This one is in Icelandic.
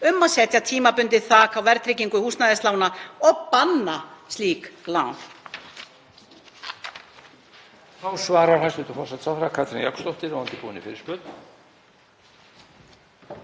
um að setja tímabundið þak á verðtryggingu húsnæðislána og banna slík lán?